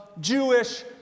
jewish